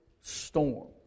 storm